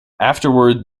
afterward